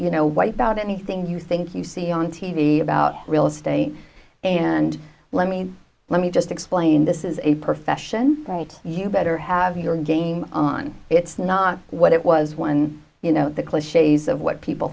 you know wipe out anything you think you see on t v about real estate and let me let me just explain this is a profession right you better have your game on it's not what it was when you know the cliches of what people